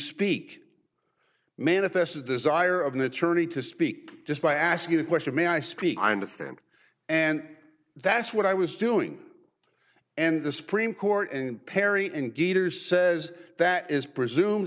speak manifest a desire of an attorney to speak just by asking the question may i speak i understand and that's what i was doing and the supreme court and perry and gaiters says that is presumed